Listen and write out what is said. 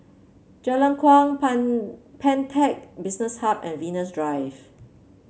Jalan Kuang Pan Pantech Business Hub and Venus Drive